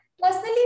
Personally